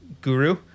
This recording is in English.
Guru